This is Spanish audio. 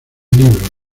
libros